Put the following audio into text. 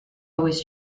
always